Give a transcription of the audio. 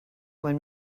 when